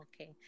Okay